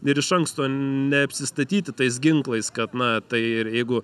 ir iš anksto neapsistatyti tais ginklais kad na tai ir jeigu